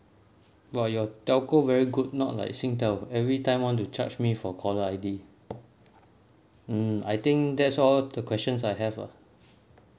!wah! your telco very good not like singtel every time want to charge me for caller I_D mm I think that's all the questions I have lah